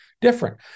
different